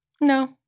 No